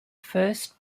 first